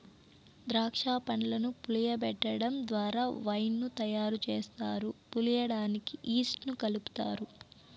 దాక్ష పండ్లను పులియబెటడం ద్వారా వైన్ ను తయారు చేస్తారు, పులియడానికి ఈస్ట్ ను కలుపుతారు